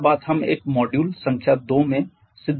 यह बात हम एक मॉड्यूल संख्या 2 में सिद्ध कर चुके हैं